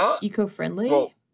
eco-friendly